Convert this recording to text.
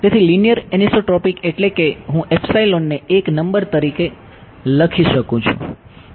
તેથી linear anisotropic એટલે કે હું ને એક નંબર તરીકે લખી શકું છું